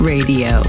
Radio